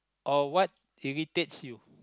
or what irritates you